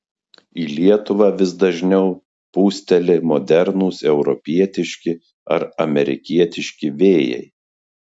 į lietuvą vis dažniau pūsteli modernūs europietiški ar amerikietiški vėjai